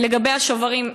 לגבי השוברים,